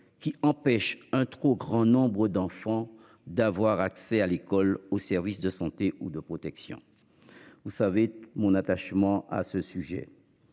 qui empêche un trop grand nombre d'enfants d'avoir accès à l'école au service de santé ou de protection. Vous savez mon attachement à ce sujet.